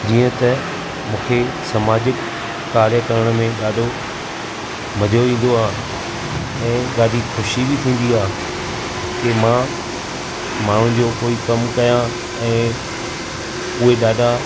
जीअं त मूंखे समाजिक कार्य करणु मे ॾाढो मज़ो ईंदो आहे ऐं ॾाढी खु़शी बि थींदी आहे कि मां माण्हुनि जो कोई कमु कयां ऐं उहे ॾाढा